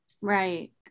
right